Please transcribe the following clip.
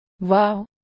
Wow